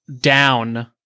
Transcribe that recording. down